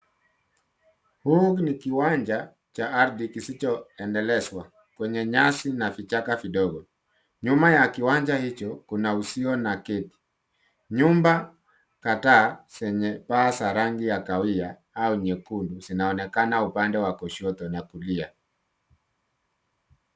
Huu ni kiwanja cha ardhi kisichoendelezwa kwenye nyasi na kichaka kidogo. Nyuma ya kiwanja hicho kuna uzio na geti. Nyumba kadhaa zenye paa za rangi ya kahawia au nyekundu zinaonekana upande wa kushoto na kulia.